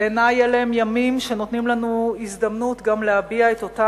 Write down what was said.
בעיני אלה הם ימים שנותנים לנו הזדמנות גם להביע את אותה